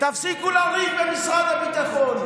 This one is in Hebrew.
תפסיקו לריב עם משרד הביטחון.